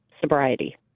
sobriety